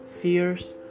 fears